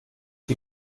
die